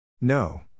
No